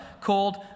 called